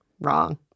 Wrong